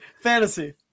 Fantasy